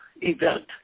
event